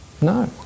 No